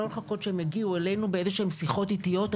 ולא לחכות שהם יגיעו אלינו באיזה שהן שיחות איטיות.